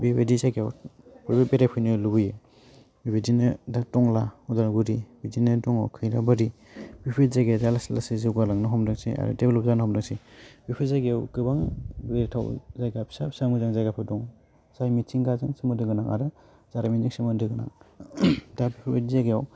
बेबायदि जायगायाव बयबो बेरायफैनो लुगैयो बेबायदिनो दा टंला अदालगुरि बिदिनो दङ खैराबारि बेफोरबायदि जायगाया दा लासै लासै जौगालांनो हमदोंसै आरो डेभलप जानो हमदोंसै बेफोर जायगायाव गोबां बेरायथाव जायगा फिसा फिसा मोजां जायगाफोर दं जाय मिथिंगाजों सोमोन्दो गोनां आरो जारिमिनजों सोमोन्दो गोनां दा बेफोरबायदि जायगायाव